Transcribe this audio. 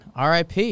RIP